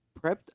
Prepped